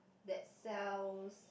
that sells